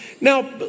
Now